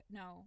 no